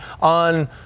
on